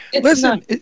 Listen